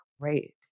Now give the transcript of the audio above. great